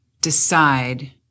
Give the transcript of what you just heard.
decide